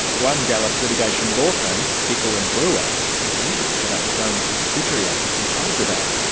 one dallas litigation law firm, bickel and brewer, has even set up its own subsidiary office in hyderabad,